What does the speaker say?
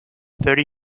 thirty